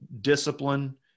discipline